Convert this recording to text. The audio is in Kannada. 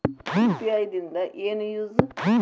ಯು.ಪಿ.ಐ ದಿಂದ ಏನು ಯೂಸ್?